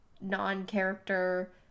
non-character